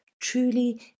truly